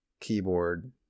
keyboard